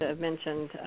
mentioned